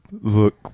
Look